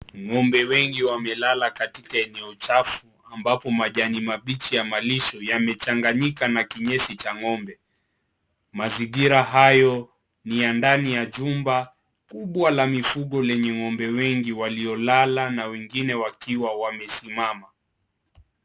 Ng'ombe wengi wamelala katika eneo chafu ambapo majani mabichi ya malisho yamechanganyika na kinyesi cha ng'ombe. Mazingira hayo ni ya ndani ya chumba kubwa la mifugo lenye ng'ombe wengi waliolala na wengine wakiwa wamesimama.